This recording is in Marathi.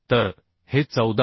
तर हे 14